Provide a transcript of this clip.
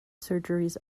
surgeries